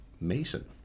Mason